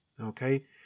Okay